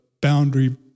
boundary